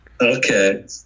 Okay